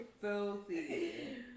filthy